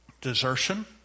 desertion